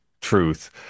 truth